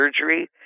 surgery